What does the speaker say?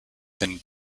than